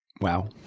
wow